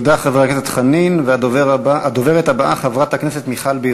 תודה, חבר הכנסת חנין.